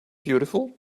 beautiful